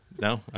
No